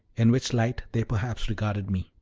in which light they perhaps regarded me.